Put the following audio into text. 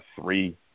three